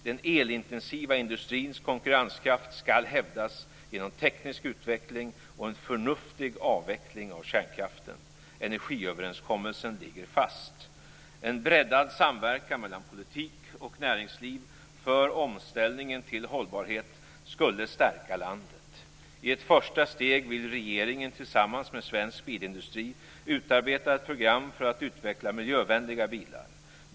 Den elintensiva industrins konkurrenskraft skall hävdas genom teknisk utveckling och en förnuftig avveckling av kärnkraften. Energiöverenskommelsen ligger fast. En breddad samverkan mellan politik och näringsliv för omställningen till hållbarhet skulle stärka landet. I ett första steg vill regeringen tillsammans med svensk bilindustri utarbeta ett program för att utveckla miljövänliga bilar.